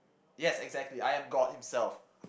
yes exactly I am god himself